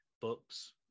books